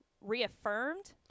reaffirmed